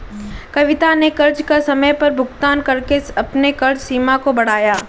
कविता ने कर्ज का समय पर भुगतान करके अपने कर्ज सीमा को बढ़ाया